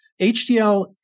HDL